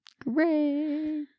great